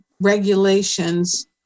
regulations